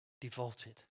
devoted